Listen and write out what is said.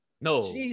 no